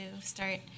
start